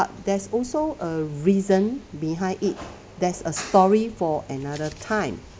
but there's also a reason behind it there's a story for another time